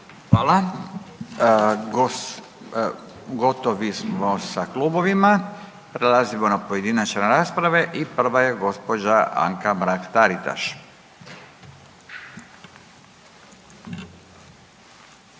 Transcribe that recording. Hvala. Gotovi smo sa klubovima, prelazimo na pojedinačne rasprave i prva je gđa. Anka Mrak Taritaš, izvolite